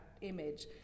image